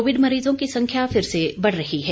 Covid मरीजों की संख्या फिर से बढ़ रही है